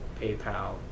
PayPal